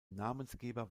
namensgeber